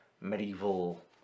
medieval